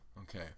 Okay